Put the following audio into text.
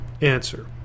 Answer